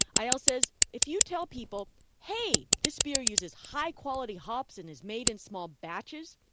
eyal said if you tell people, hey, this beer uses high-quality hops and is made in small batches,